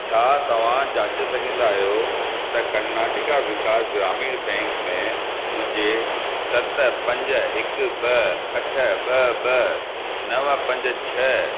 छा तव्हां जाचे सघंदा आहियो त कर्नाटका विकास ग्रामीण बैंक में मुंहिंजे सत पंज हिकु ॿ अठ ॿ ॿ नव पंज छह